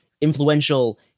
influential